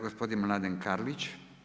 Gospodin Mladen Karlić.